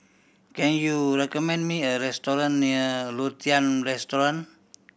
can you recommend me a restaurant near Lothian Terrace